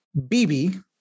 bb